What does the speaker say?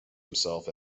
himself